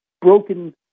broken